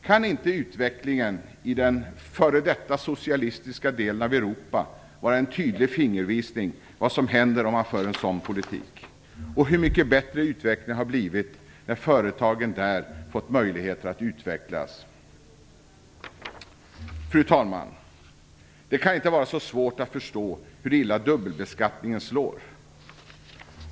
Kan inte utvecklingen i den f.d. socialistiska delen av Europa vara en tydlig fingervisning om vad som händer om man för en sådan politik och om hur mycket bättre utvecklingen har blivit när företagen där fått möjlighet att utvecklas? Fru talman! Det kan inte vara så svårt att förstå hur illa dubbelbeskattningen slår.